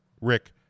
Rick